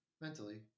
mentally